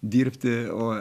dirbti o